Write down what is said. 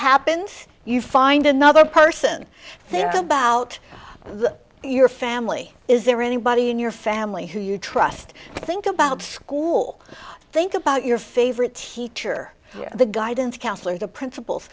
happens you find another person there about your family is there anybody in your family who you trust think about school think about your favorite teacher the guidance counselor the princip